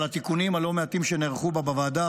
על התיקונים הלא-מעטים שנערכו בה בוועדה,